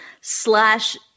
slash